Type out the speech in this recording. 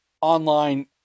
online